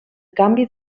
canvi